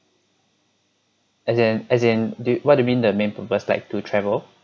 as in as in d~ what do you mean the main purpose like to travel